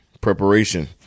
Preparation